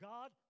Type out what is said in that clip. God